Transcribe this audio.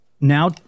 now